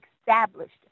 established